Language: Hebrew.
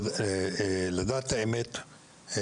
האמת,